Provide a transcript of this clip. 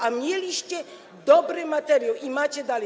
A mieliście dobry materiał i macie dalej.